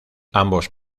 ambos